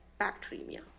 bacteremia